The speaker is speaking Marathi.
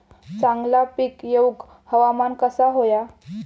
चांगला पीक येऊक हवामान कसा होया?